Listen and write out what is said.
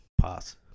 Pass